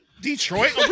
Detroit